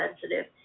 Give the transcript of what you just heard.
sensitive